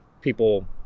people